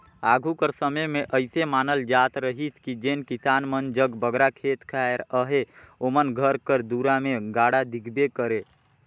आघु कर समे मे अइसे मानल जात रहिस कि जेन किसान मन जग बगरा खेत खाएर अहे ओमन घर कर दुरा मे गाड़ा दिखबे करे